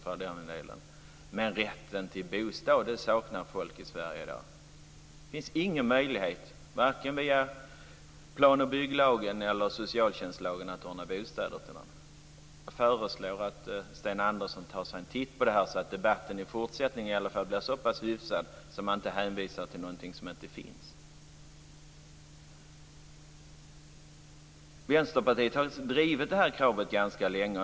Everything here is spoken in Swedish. Men folk i Sverige saknar rätt till bostad i dag. Det finns ingen möjlighet, varken via plan och bygglagen eller socialtjänstlagen, att ordna bostäder till någon. Jag föreslår att Sten Andersson tar sig en titt på detta så att debatten i fortsättningen i alla fall blir så pass hyfsad att man inte hänvisar till någonting som inte finns. Vänsterpartiet har drivit det här kravet ganska länge.